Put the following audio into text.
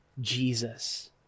Jesus